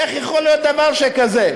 איך יכול להיות דבר כזה?